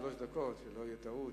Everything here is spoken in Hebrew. שלוש דקות, שלא תהיה טעות.